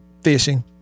fishing